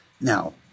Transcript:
Now